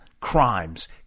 crimes